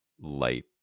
light